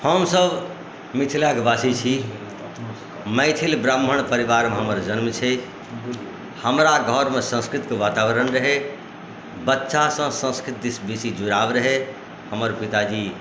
हमसभ मिथिलाके वासी छी मैथिल ब्राह्मण परिवारमे हमर जन्म छै हमरा घरमे संस्कृतके वातावरण रहै बच्चासँ संस्कृत दिस बेसी जुड़ाव रहै हमर पिताजी